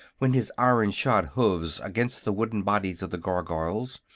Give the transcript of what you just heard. went his iron-shod hoofs against the wooden bodies of the gargoyles,